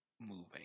moving